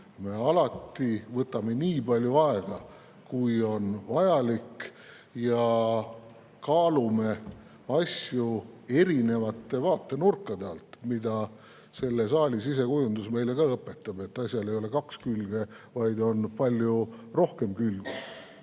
me alati võtame nii palju aega, kui on vajalik, ja kaalume asju erinevate vaatenurkade alt, nagu selle saali sisekujundus meile ka õpetab. Asjal ei ole kaks külge, vaid on palju rohkem külgi. Kõik